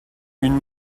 une